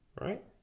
right